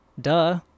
Duh